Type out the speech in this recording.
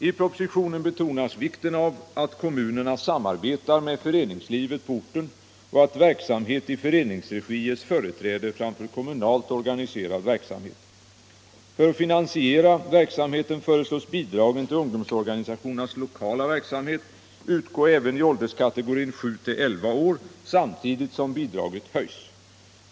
I propositionen betonas vikten av att kommunerna samarbetar med föreningslivet på orten och att verksamhet i föreningsregi ges företräde framför kommunalt organiserad verksamhet. För att finansiera verksamheten föreslås bidragen till ungdomsorganisationernas lokala verksamhet utgå även i ålderskategorin 7-11 år samtidigt som bidraget höjs.